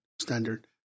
standard